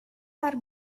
are